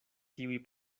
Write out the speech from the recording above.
tiuj